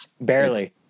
Barely